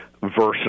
versatile